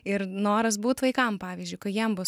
ir noras būt vaikam pavyzdžiui kai jiem bus